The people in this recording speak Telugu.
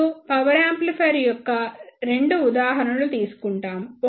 ఇప్పుడు పవర్ యాంప్లిఫైయర్ యొక్క రెండు ఉదాహరణలు తీసుకుంటాము